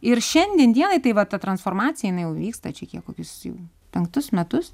ir šiandien dienai tai vat ta transformacija jinai jau vyksta čia kiek kokius jau penktus metus